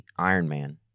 Ironman